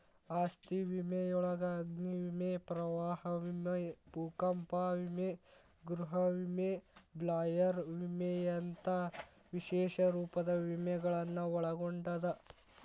ಆಸ್ತಿ ವಿಮೆಯೊಳಗ ಅಗ್ನಿ ವಿಮೆ ಪ್ರವಾಹ ವಿಮೆ ಭೂಕಂಪ ವಿಮೆ ಗೃಹ ವಿಮೆ ಬಾಯ್ಲರ್ ವಿಮೆಯಂತ ವಿಶೇಷ ರೂಪದ ವಿಮೆಗಳನ್ನ ಒಳಗೊಂಡದ